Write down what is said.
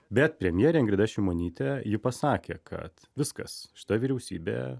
bet premjerė ingrida šimonytė ji pasakė kad viskas šita vyriausybė